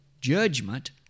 judgment